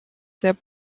sehr